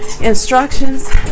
instructions